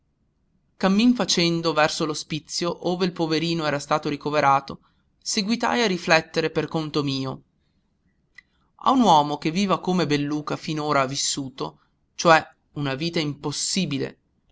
cammin facendo verso l'ospizio ove il poverino era stato ricoverato seguitai a riflettere per conto mio l'uomo solo luigi pirandello a un uomo che viva come belluca finora ha vissuto cioè una vita impossibile